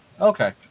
Okay